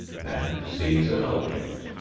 man sees an object.